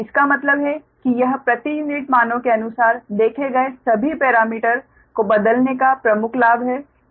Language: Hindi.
इसका मतलब है कि यह प्रति यूनिट मानों के अनुसार देखे गए सभी पैरामीटर को बदलने का प्रमुख लाभ है